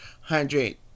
hundred